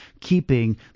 keeping